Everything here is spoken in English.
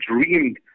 dreamed